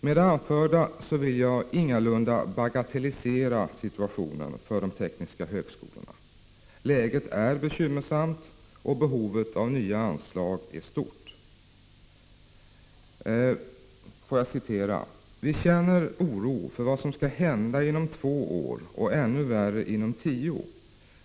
Med det anförda vill jag ingalunda bagatellisera situationen för de tekniska högskolorna. Läget är bekymmersamt, och behovet av nya anslag är stort. Får jag återge vad rektorn för Luleå tekniska högskola nyligen sade i en tidningsintervju: Vi känner oro för vad som skall hända inom två år och ännu värre inom tio.